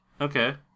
Okay